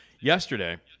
yesterday